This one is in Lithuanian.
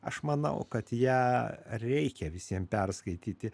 aš manau kad ją reikia visiem perskaityti